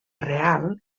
real